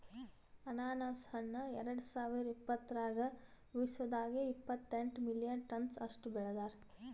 ಅನಾನಸ್ ಹಣ್ಣ ಎರಡು ಸಾವಿರ ಇಪ್ಪತ್ತರಾಗ ವಿಶ್ವದಾಗೆ ಇಪ್ಪತ್ತೆಂಟು ಮಿಲಿಯನ್ ಟನ್ಸ್ ಅಷ್ಟು ಬೆಳದಾರ್